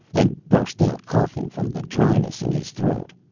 and burst out coughing from the dryness in his throat.